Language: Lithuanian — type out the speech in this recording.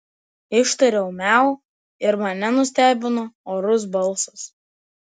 ištariau miau ir mane nustebino orus balsas